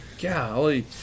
Golly